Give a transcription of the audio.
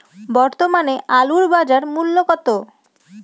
বর্তমানে আলুর বাজার মূল্য কত?